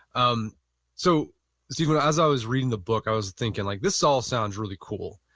um so steven, as i was reading the book, i was thinking, like this all sounds really cool.